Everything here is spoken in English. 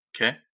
Okay